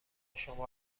شما